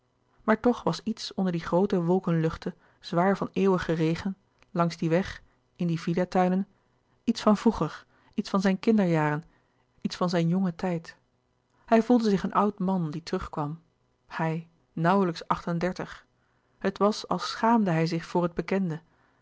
maar toch was iets onder die groote wolkenluchten zwaar van eeuwigen regen langs dien weg in die villa tuinen iets van vroeger iets van zijne kinderjaren iets van zijn jon gen tijd hij voelde zich een oud man die terugkwam hij nauwlijks acht-en-dertig het was als schaamde hij zich voor het bekende